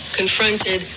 confronted